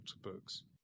books